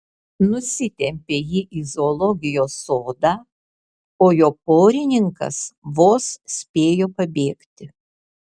nusitempė jį į zoologijos sodą o jo porininkas vos spėjo pabėgti